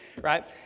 right